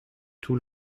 tout